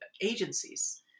agencies